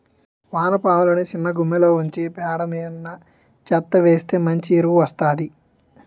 వానపాములని సిన్నగుమ్మిలో ఉంచి పేడ మన్ను చెత్తా వేస్తె మంచి ఎరువు వస్తాది